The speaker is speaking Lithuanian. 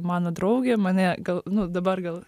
mano draugė mane gal nu dabar gal